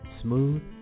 smooth